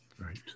Right